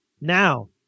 now